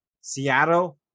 Seattle